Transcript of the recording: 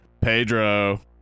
pedro